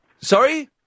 Sorry